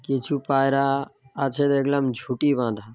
কিছু পায়রা আছে দেখলাম ঝুঁটি বাঁধা